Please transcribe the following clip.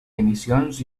emissions